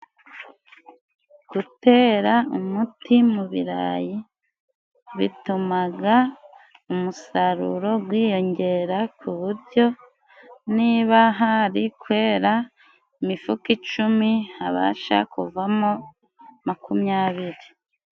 Gutera umuti mu birarayi bituma umusaruro wiyongera, ku buryo niba hari kwera imifuka icumi, habasha kuvamo makumyabiri.